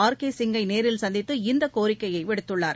R K சிங்கை நேரில் சந்தித்து இந்தக் கோரிக்கையை விடுத்துள்ளார்